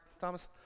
Thomas